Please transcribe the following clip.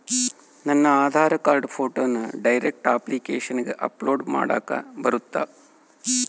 ನನ್ನ ಆಧಾರ್ ಕಾರ್ಡ್ ಫೋಟೋನ ಡೈರೆಕ್ಟ್ ಅಪ್ಲಿಕೇಶನಗ ಅಪ್ಲೋಡ್ ಮಾಡಾಕ ಬರುತ್ತಾ?